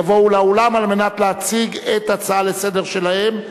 יבואו לאולם על מנת להציג את ההצעה שלהם לסדר-היום.